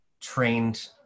trained